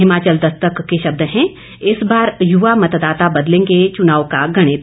हिमाचल दस्तक के शब्द है इस बार युवा मतदाता बदलेंगे च्नाव का गणित